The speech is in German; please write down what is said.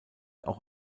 auch